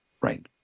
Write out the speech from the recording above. Right